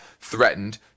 threatened